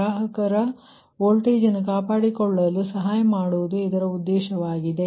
ಗ್ರಾಹಕರ ವೋಲ್ಟೇಜ್ ಅನ್ನು ಕಾಪಾಡಿಕೊಳ್ಳಲು ಸಹಾಯ ಮಾಡುವುದು ಇದರ ಉದ್ದೇಶವಾಗಿದೆ